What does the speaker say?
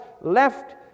left